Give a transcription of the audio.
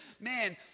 man